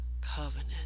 covenant